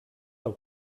del